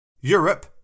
Europe